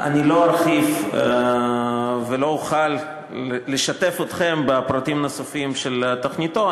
אני לא ארחיב ולא אוכל לשתף אתכם בפרטים נוספים של תוכניתו,